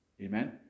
amen